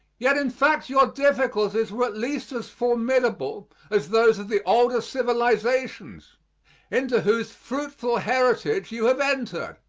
yet in fact your difficulties were at least as formidable as those of the older civilizations into whose fruitful heritage you have entered.